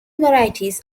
varieties